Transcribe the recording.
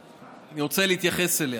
אני רוצה להתייחס אליה.